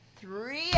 Three